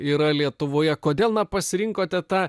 yra lietuvoje kodėl pasirinkote tą